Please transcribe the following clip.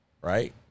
Right